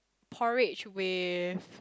porridge with